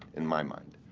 in my mind,